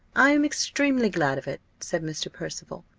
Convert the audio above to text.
i am extremely glad of it, said mr. percival.